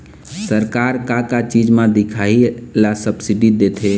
सरकार का का चीज म दिखाही ला सब्सिडी देथे?